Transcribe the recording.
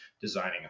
designing